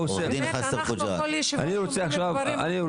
אנחנו כל ישיבה שומעים דברים אחרים.